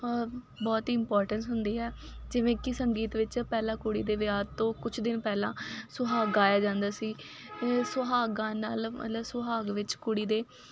ਬਹੁਤ ਹੀ ਇਮਪੋਰਟੈਂਸ ਹੁੰਦੀ ਹੈ ਜਿਵੇਂ ਕਿ ਸੰਗੀਤ ਵਿੱਚ ਪਹਿਲਾਂ ਕੁੜੀ ਦੇ ਵਿਆਹ ਤੋਂ ਕੁਛ ਦਿਨ ਪਹਿਲਾਂ ਸੁਹਾਗ ਗਾਇਆ ਜਾਂਦਾ ਸੀ ਇਹ ਸੁਹਾਗ ਗਾਉਣ ਨਾਲ ਮਤਲਬ ਸੁਹਾਗ ਵਿੱਚ ਕੁੜੀ ਦੇ